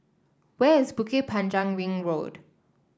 where is Bukit Panjang Ring Road